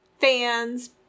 fans